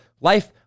life